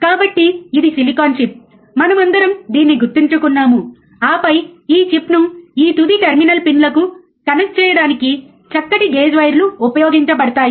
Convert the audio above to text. కాబట్టి ఇది silicon chip మనమందరం దీన్ని గుర్తుంచుకున్నాము ఆపై ఈ చిప్ను ఈ తుది టెర్మినల్ పిన్లకు కనెక్ట్ చేయడానికి చక్కటి గేజ్ వైర్లు ఉపయోగించబడతాయి